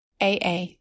AA